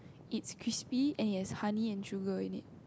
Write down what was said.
its crispy and it has honey and sugar in it